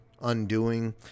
undoing